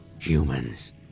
humans